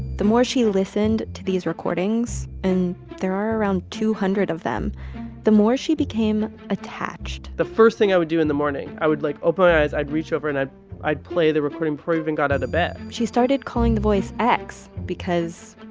the more she listened to these recordings and there are around two hundred of them the more she became attached the first thing i would do in the morning, i would, like, open my eyes, i'd reach over, and i'd i'd play the recording before i even got out of bed she started calling the voice x because,